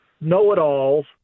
know-it-alls